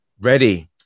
Ready